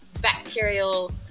bacterial